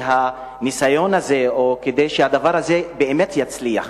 שהניסיון הזה או כדי שהדבר הזה באמת יצליח.